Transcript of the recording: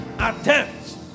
attempts